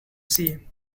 see